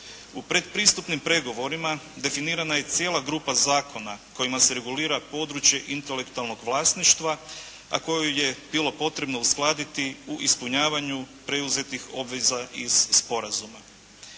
U pretpristupnim pregovorima definirana je cijela grupa zakona kojima se regulira područje intelektualnog vlasništva a koju je bilo potrebno uskladiti u ispunjavanju preuzetih obveza iz sporazuma.